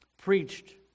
preached